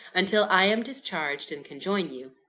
until i am discharged and can join you.